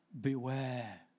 Beware